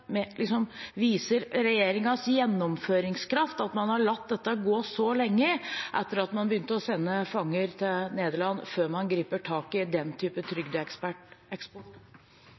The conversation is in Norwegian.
viser regjeringens gjennomføringskraft at man har latt det gå så lenge etter at man begynte å sende fanger til Nederland, før man griper fatt i den